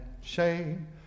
shame